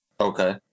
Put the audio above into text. Okay